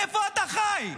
איפה אתה חי?